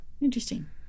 Interesting